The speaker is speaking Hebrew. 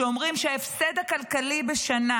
שאומרים שההפסד הכלכלי בשנה